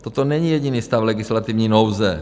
Toto není jediný stav legislativní nouze.